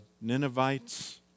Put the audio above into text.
Ninevites